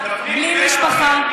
בלי משפחה,